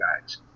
guys